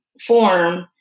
form